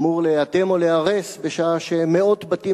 אמור להיאטם או להיהרס בשעה שמאות בתים